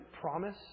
promise